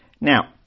Now